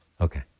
Okay